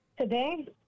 today